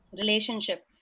Relationship